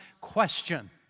question